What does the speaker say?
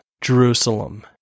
Jerusalem